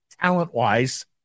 talent-wise